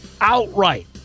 outright